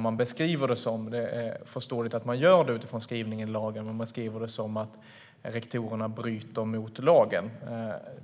man beskriver. Det är förståeligt att man gör det utifrån skrivningen i lagen. Man beskriver det som att rektorerna bryter mot lagen.